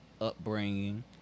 upbringing